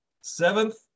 seventh